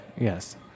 Yes